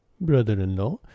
brother-in-law